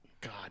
God